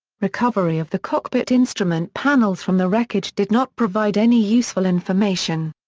recovery of the cockpit instrument panels from the wreckage did not provide any useful information.